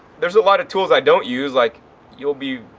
there's a lot of tools i don't use. like you'll be,